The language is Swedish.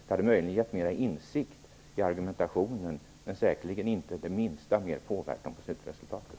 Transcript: Det hade möjligen gett mera insikt i argumentationen, men säkerligen inte det minsta mera påverkan på slutresultatet.